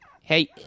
Hey